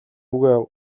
хүүгээ